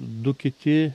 du kiti